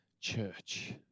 church